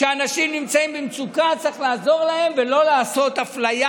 שאנשים נמצאים במצוקה צריך לעזור להם ולא לעשות אפליה,